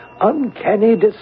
uncanny